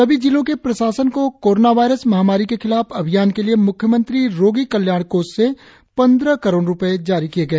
सभी जिलों के प्रशासन को कोरोना वायरस महामारी के खिलाफ अभियान के लिए म्ख्यमंत्री रोगी कल्याण कोष से पंद्रह करोड़ रुपये जारी किए गए